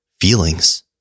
Feelings